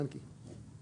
יעקב קוינט.